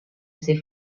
ces